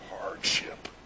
hardship